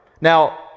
Now